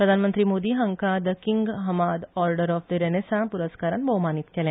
प्रधानमंत्री मोदी हांका the King Hamad Order of the Renaissance पुरस्कारान भौमानीत केले